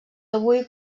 avui